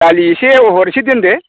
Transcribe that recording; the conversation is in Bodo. दालि एसे अहर एसे दोनदो